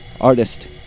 artist